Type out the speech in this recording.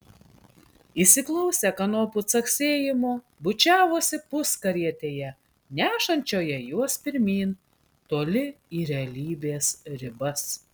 įsiklausę kanopų caksėjimo bučiavosi puskarietėje nešančioje juos pirmyn toli į realybės ribas